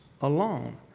alone